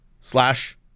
slash